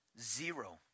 Zero